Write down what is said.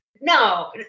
No